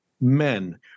men